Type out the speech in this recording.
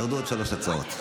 ירדו עוד שלוש הצעות.